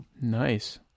nice